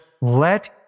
let